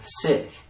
sick